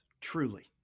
truly